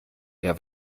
der